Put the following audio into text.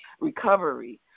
recovery